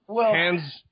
hands